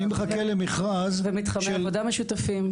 ומתחמי עבודה משותפים.